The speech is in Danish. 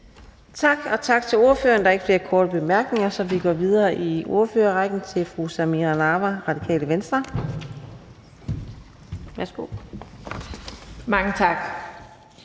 Tak til ordføreren. Der er ikke nogen korte bemærkninger, så vi går videre i ordførerrækken til fru Samira Nawa, Radikale Venstre. Kl. 00:00